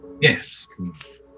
Yes